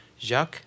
Jacques